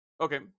Okay